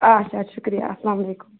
آچھا شُکریہ السلامُ علیکُم